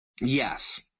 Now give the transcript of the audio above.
Yes